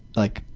like,